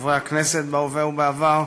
חברי הכנסת בהווה ובעבר,